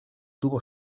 tuvo